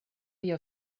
via